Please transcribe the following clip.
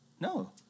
No